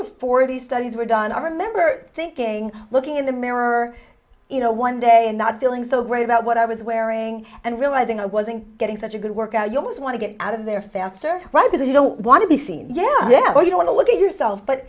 before the studies were done i remember thinking looking in the mirror you know one day and not feeling so great about what i was wearing and realizing i wasn't getting such a good workout you almost want to get out of there faster right because you don't want to be seen yet what you want to look at yourself but